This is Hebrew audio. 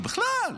בכלל,